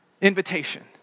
invitation